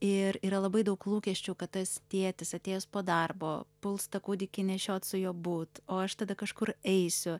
ir yra labai daug lūkesčių kad tas tėtis atėjęs po darbo puls tą kūdikį nešiot su juo būt o aš tada kažkur eisiu